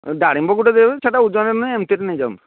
ଡାଳିମ୍ବ ଗୋଟିଏ ଦେଇ ଦେଉଛି ସେଟା ଓଜନରେ ନାହିଁ ଏମିତିରେ ନେଇଯାନ୍ତୁ